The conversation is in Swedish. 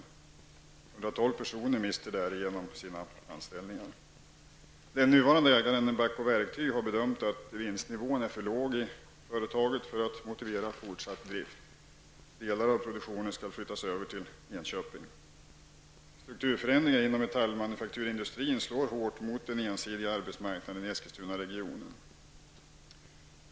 112 Den nuvarande ägaren, Bacho Verktyg, har bedömt att vinstnivån i företaget är för låg för att motivera fortsatt drift. Delar av produktionen skall flyttas över till Enköping. Strukturförändringar inom metall och manufakturindustrin slår hårt mot den ensidiga arbetsmarknaden i Eskilstunaregionen.